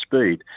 speed